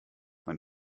mein